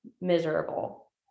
miserable